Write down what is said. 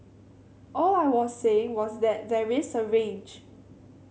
all I was saying was that there is a range